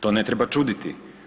To ne treba čuditi.